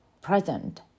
present